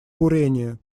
бурение